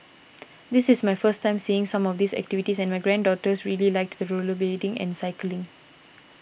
this is my first time seeing some of these activities and my granddaughters really liked the rollerblading and cycling